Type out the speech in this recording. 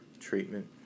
treatment